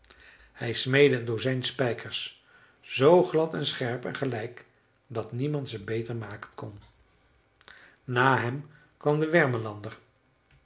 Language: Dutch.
hij smeedde een dozijn spijkers zoo glad en scherp en gelijk dat niemand ze beter maken kon na hem kwam de wermelander